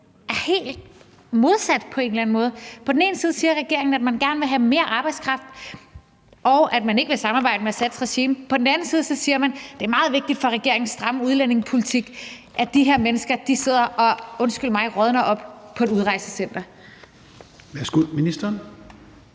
er helt modsat? På den ene side siger regeringen, at man gerne vil have mere arbejdskraft, og at man ikke vil samarbejde med Assads regime, men på den anden side siger man, at det er meget vigtigt for regeringens stramme udlændingepolitik, at de her mennesker sidder og – undskyld mig – rådner op på et udrejsecenter. Kl. 10:28 Fjerde